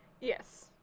Yes